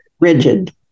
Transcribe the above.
rigid